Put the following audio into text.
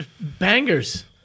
bangers